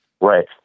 Right